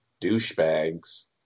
douchebags